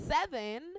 seven